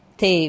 thì